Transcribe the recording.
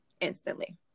instantly